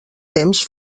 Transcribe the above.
temps